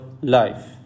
life